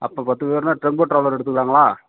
அப்போ பத்து பேர்னா டெம்போ டிராவலர் எடுத்துக்கலாங்களா